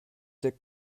der